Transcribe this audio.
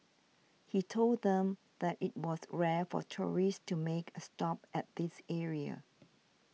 he told them that it was rare for tourists to make a stop at this area